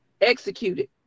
executed